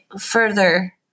further